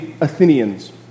Athenians